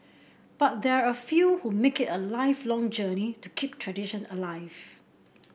but there are a few who make it a lifelong journey to keep tradition alive